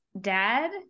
dad